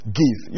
give